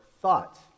thoughts